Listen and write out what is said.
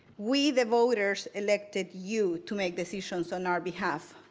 we, the voters, elected you to make decisions on our behalf.